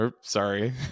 Sorry